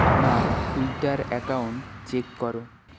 আমার Twitter account check করো